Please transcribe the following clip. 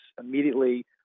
immediately